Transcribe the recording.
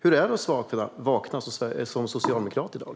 Hur är det att vakna som socialdemokrat i dag?